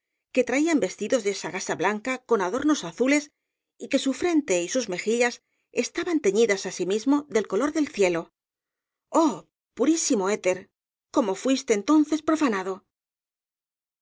que traían vestidos de gasa blanca con adornos azules y que su frente y sus mejillas estaban teñidas asimismo del color del cielo oh purísimo éter cómo fuiste entonces profanado